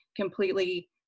completely